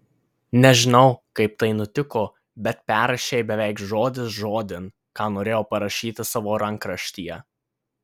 nežinau kaip tai nutiko bet perrašei beveik žodis žodin ką norėjau parašyti savo rankraštyje